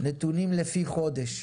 נתונים לפי חודש,